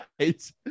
right